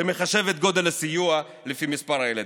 שמחשב את גודל הסיוע לפי מספר הילדים.